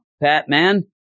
Batman